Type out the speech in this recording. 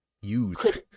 use